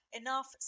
enough